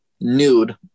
nude